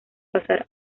pasar